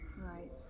right